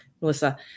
Melissa